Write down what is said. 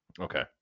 Okay